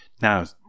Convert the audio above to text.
Now